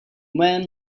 man